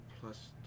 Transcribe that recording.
plus